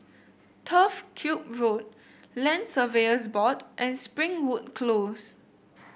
Turf Ciub Road Land Surveyors Board and Springwood Close